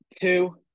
Two